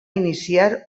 iniciar